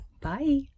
Bye